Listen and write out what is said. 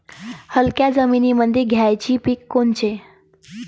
हलक्या जमीनीमंदी घ्यायची पिके कोनची?